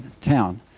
town